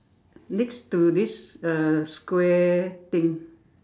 next to this uh square thing